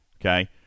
okay